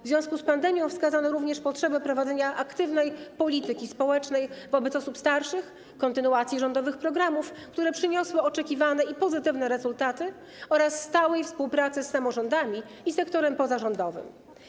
W związku z pandemią wskazano również potrzebę prowadzenia aktywnej polityki społecznej wobec osób starszych, kontynuacji rządowych programów, które przyniosły oczekiwane i pozytywne rezultaty, oraz stałej współpracy z samorządami i z sektorem pozarządowym.